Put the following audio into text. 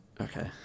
Okay